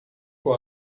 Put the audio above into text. com